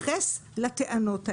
להתייחס לטענות האלה,